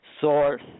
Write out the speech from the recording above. Source